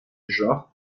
genre